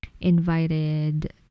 invited